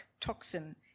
toxin